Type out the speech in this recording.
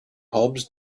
hobs